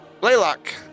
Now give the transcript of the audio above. laylock